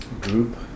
group